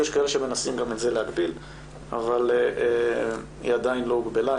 יש כאלה שמנסים גם את זה להגביל אבל היא עדיין לא הוגבלה,